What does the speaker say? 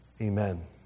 amen